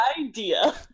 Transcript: idea